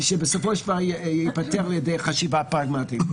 שבסופו של דבר ייפתר על ידי חשיבה פרגמטית.